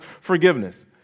forgiveness